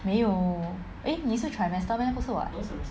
没有 eh 你是 trimester meh 不是 [what]